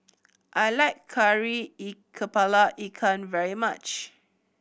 I like kari kepala ikan very much